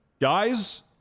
Guys